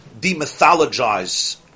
demythologize